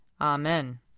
Amen